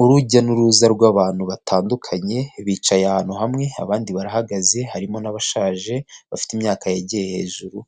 Urujya n'uruza rw'abantu batandukanye bicaye ahantu hamwe abandi barahagaze, harimo n'abashaje bafite imyaka yagiye hejuru